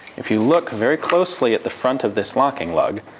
if you look very closely at the front of this locking lug,